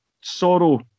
Sorrow